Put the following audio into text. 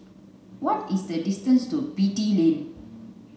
what is the distance to Beatty Lane